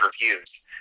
reviews